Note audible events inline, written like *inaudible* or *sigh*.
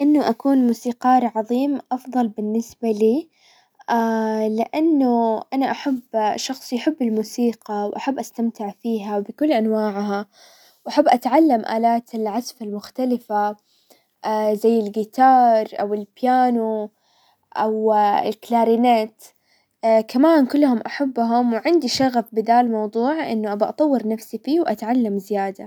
انه اكون موسيقار عظيم افضل بالنسبة لي، *hesitation* لانه انا احب- شخص يحب الموسيقى واحب استمتع فيها وبكل انواعها، واحب اتعلم الات العزف المختلفة *hesitation* زي القيتار او البيانو او *hesitation* الكلارينات، *hesitation* كمان كلهم احبهم، وعندي شغف بدا الموضوع انه ابى اطور نفسي فيه واتعلم زيادة.